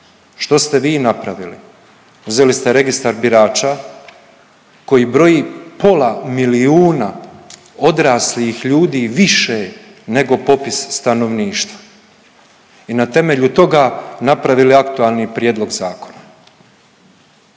Što ste vi napravili? uzeli ste registar birača koji broji pola milijuna odraslih ljudi više nego popis stanovništva i na temelju toga napravili aktualni prijedlog zakona.